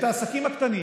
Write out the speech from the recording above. את העסקים הקטנים